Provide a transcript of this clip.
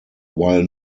while